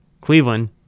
Cleveland